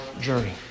journey